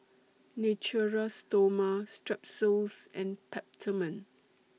Natura Stoma Strepsils and Peptamen